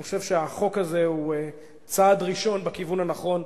אני חושב שהחוק הזה הוא צעד ראשון בכיוון הנכון.